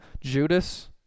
Judas